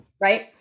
Right